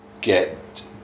get